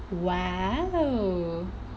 !wow!